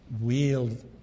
wield